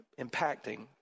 impacting